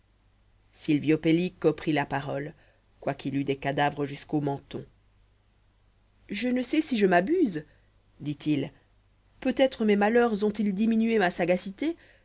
silvio pellico prit la parole quoiqu'il eût des cadavres jusqu'au menton je ne sais si je m'abuse dit-il peut-être mes malheurs ontils diminué ma sagacité